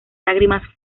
lágrimas